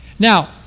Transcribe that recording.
Now